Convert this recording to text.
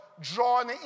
drawn